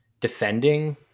defending